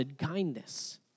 kindness